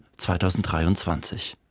2023